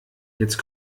jetzt